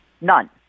None